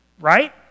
right